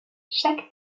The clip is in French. chaque